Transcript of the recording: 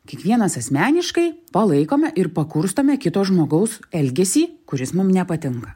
kiekvienas asmeniškai palaikome ir pakurstome kito žmogaus elgesį kuris mum nepatinka